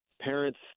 parents